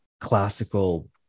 classical